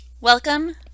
Welcome